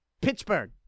Pittsburgh